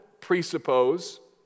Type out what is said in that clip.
presuppose